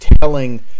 telling